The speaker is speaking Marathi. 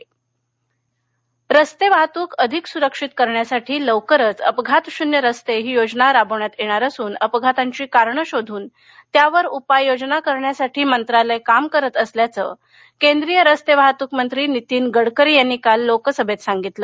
लोकसभा गडकरी रस्ते वाहतूक अधिक सुरक्षित करण्यासाठी लवकरच अपघातशून्य रस्ते ही योजना राबविण्यात येणार असून अपघातांची कारणं शोधून त्यावर उपाययोजना करण्यासाठी मंत्रालय काम करत असल्याचं केंद्रीय रस्ते वाहतूक मंत्री नितीन गडकरी यांनी काल लोकसभेत सांगितलं